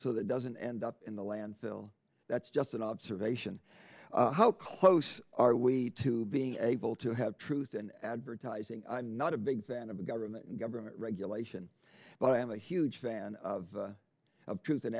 so that doesn't end up in the landfill that's just an observation how close are we to being able to have truth in advertising i'm not a big fan of government and government regulation but i am a huge fan of truth in